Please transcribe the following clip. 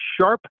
sharp